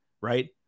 Right